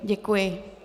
Děkuji.